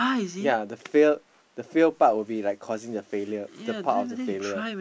ya the fear the fear part would be like causing the failure the part of the failure